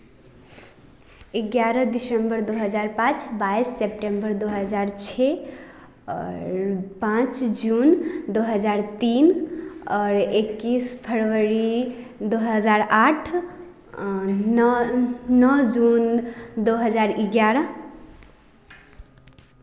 ग्यारह दिसंबर दो हज़ार पाँच बाईस सेप्टेम्बर दो हज़ार छः और पाँच जून दो हज़ार तीन और इक्कीस फरवरी दो हज़ार आठ नौ नौ जून दो हज़ार ग्यारह